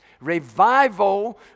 Revival